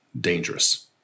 dangerous